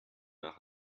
nach